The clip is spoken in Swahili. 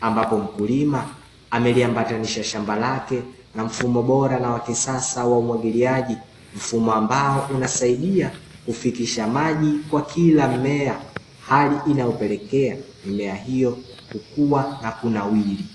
Ambapo mkulima ameliambatanisha shamba lake na mfumo bora na wa kisasa wa umwagiliaji. Mfumo ambao unasaidia kufikisha maji kwa kila mimea, hali inayopelekea mimea hiyo kukua na kunawiri.